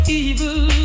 evil